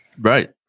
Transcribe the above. Right